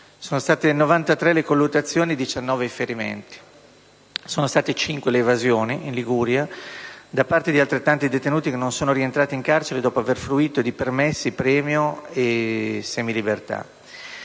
Sono state 93 le colluttazioni e 19 i ferimenti. Sono state 5 le evasioni in Liguria da parte di altrettanti detenuti che non sono rientrati in carcere dopo aver fruito di permessi premio e semilibertà.